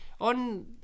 On